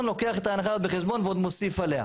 לוקח בחשבון את ההנחה הזאת בחשבון ועוד מוסיף עליה.